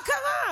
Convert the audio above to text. מה קרה?